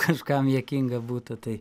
kažkam jekinga būtų tai